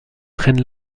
prenne